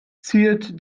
ziert